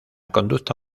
conducta